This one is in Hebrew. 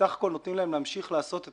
שבסך הכול נותנים להם להמשיך לעשות את